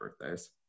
birthdays